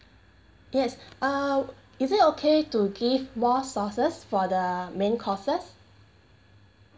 yes uh is it okay to give more sauces for the main courses